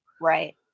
Right